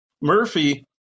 Murphy